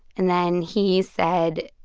and then he said,